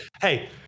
Hey